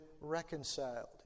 reconciled